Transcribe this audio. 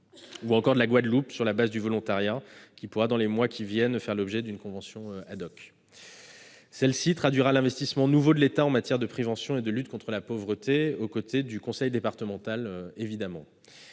ou encore de la Guadeloupe, sur la base du volontariat, qui pourra dans les mois à venir faire l'objet d'une convention. Celle-ci traduira l'investissement nouveau de l'État en matière de prévention et de lutte contre la pauvreté, aux côtés du conseil départemental.